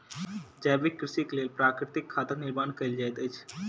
जैविक कृषिक लेल प्राकृतिक खादक निर्माण कयल जाइत अछि